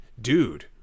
dude